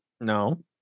no